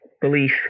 belief